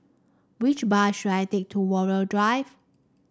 which bus should I take to Walmer Drive